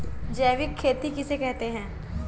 जैविक खेती किसे कहते हैं?